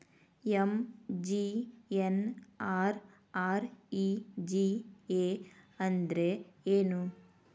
MGNREGA ಅಂದ್ರೆ ಏನು?